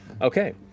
okay